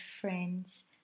friends